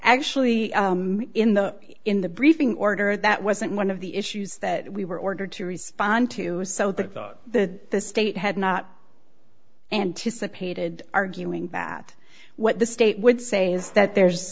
actually in the in the briefing order that wasn't one of the issues that we were ordered to respond to is so that the the state had not anticipated arguing that what the state would say is that there's